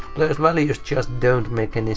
those values just don't make any